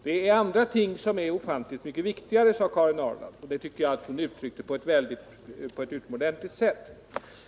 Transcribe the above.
Det är andra ting som är ofantligt mycket viktigare, sade Karin Ahrland, och det tyckte jag att hon uttryckte på ett utomordentligt sätt.